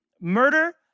murder